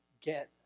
get